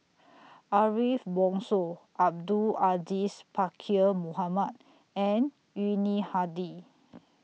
Ariff Bongso Abdul Aziz Pakkeer Mohamed and Yuni Hadi